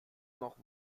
noch